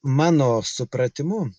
mano supratimu